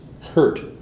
hurt